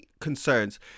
concerns